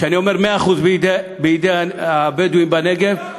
כשאני אומר 100% בידי הבדואים בנגב,